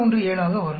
017 ஆக வரும்